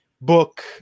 book